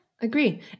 agree